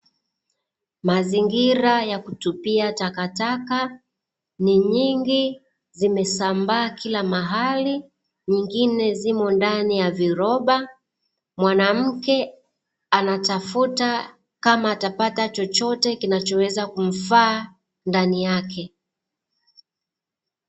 Mazingira ya kutupia takataka: ni nyingi zimesambaa kila mahali. Nyingine zimo ndani ya viroba; mwanamke anatafuta kama atapata chochote kinachoweza kumfaa ndani yake.